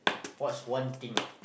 what's one thing